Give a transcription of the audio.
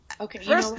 Okay